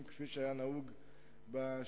כיוון שאין מחסור בשווקים.